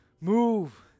Move